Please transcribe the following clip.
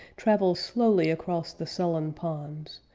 travels slowly across the sullen ponds,